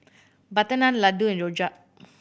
butter naan laddu and rojak